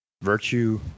virtue